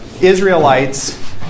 Israelites